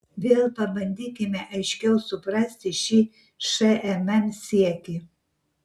vėl pabandykime aiškiau suprasti šį šmm siekį